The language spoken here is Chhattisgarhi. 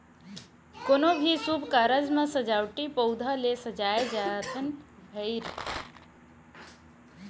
कोनो भी सुभ कारज म सजावटी पउधा ले सजाए जाथन भइर